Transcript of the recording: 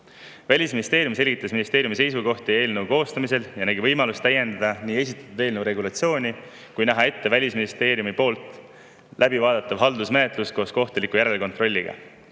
Välisministeerium selgitas ministeeriumi seisukohti eelnõu koostamisel ja nägi võimalust täiendada esitatud eelnõu regulatsiooni, et näha ette Välisministeeriumi poolt läbivaadatav haldusmenetlus koos kohtuliku järelkontrolliga.